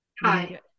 Hi